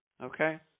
okay